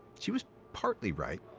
she was partly right.